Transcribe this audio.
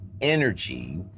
energy